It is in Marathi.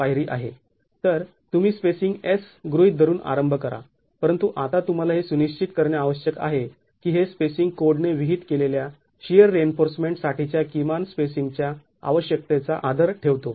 तर तुम्ही स्पेसिंग s गृहीत धरून आरंभ करा परंतु आता तुम्हाला हे सुनिश्चित करणे आवश्यक आहे की हे स्पेसिंग कोड ने विहित केलेल्या शिअर रिइन्फोर्समेंट साठीच्या किमान स्पेसिंगच्या आवश्यकतेचा आदर ठेवतो